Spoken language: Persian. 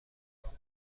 دقیقه